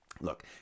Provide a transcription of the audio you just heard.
Look